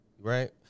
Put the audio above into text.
Right